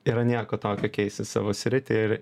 yra nieko tokio keisti savo sritį ir